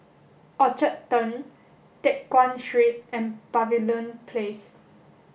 Orchard Turn Teck Guan Street and Pavilion Place